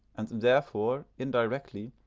and therefore, indirectly,